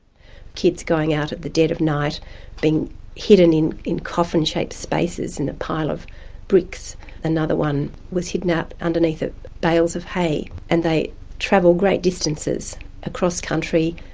kids going out at the dead of night being hidden in in coffin-shaped spaces in a pile of bricks another one was hidden up underneath bales of hay, and they travelled great distances across country,